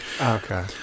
Okay